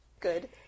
good